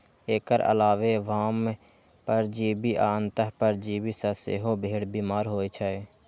एकर अलावे बाह्य परजीवी आ अंतः परजीवी सं सेहो भेड़ बीमार होइ छै